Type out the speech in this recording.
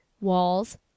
walls